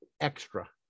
extra